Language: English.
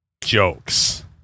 jokes